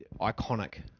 iconic